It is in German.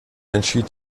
entschied